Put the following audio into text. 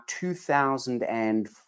2004